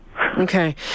Okay